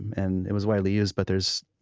and it was widely used, but there's